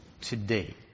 today